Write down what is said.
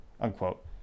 unquote